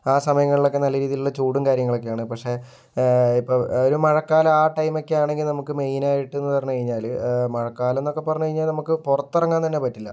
ആ സമയങ്ങളിലൊക്കെ നല്ല രീതിയിലുള്ള ചൂടും കാര്യങ്ങളൊക്കെയാണ് പക്ഷേ ഇപ്പൊ ഒരു മഴക്കാലം ആ ടൈമൊക്കെ ആണെങ്കിൽ നമുക്ക് മെയിനായിട്ടെന്ന് പറഞ്ഞ് കഴിഞ്ഞാല് മഴക്കാലം എന്നൊക്കെ പറഞ്ഞു കഴിഞ്ഞാൽ നമുക്ക് പുറത്തിറങ്ങാൻ തന്നെ പറ്റില്ല